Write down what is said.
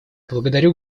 благодарю